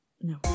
No